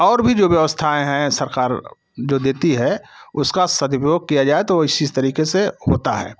और भी व्यवस्थाएँ सरकार जो देती है उसका सदुपयोग किया जाए तो इस इस तरीके से होता है